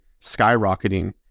skyrocketing